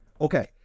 Okay